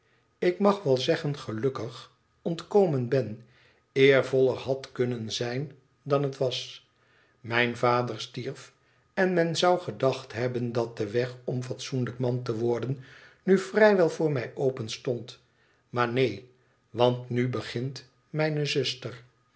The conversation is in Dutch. ik mag wel zeegen gelukkig ontkomen ben eervoller had kunnen zijn dan het was mijn vader stierf en men zou gedacht hebben dat de weg om fatsoenlijk man te worden nu vrij wel voor mij openstond maar neen want nu begint mijne zuster